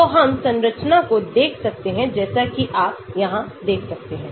तो हम संरचना को देख सकते हैं जैसा कि आप यहां देख सकते हैं